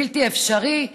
בלתי אפשרי?